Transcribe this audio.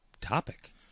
topic